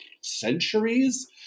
centuries